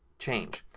change.